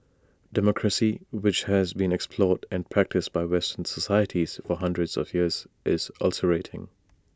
democracy which has been explored and practised by western societies for hundreds of years is ulcerating